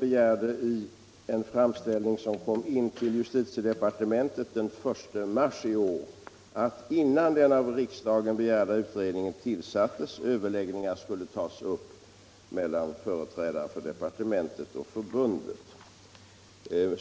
begärde i en framställning som kom in till justitiedepartementet den 1 mars i år att innan den av riksdagen begärda utredningen tillsattes överläggningar skulle tas upp mellan företrädare för departementet och förbundet.